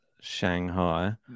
Shanghai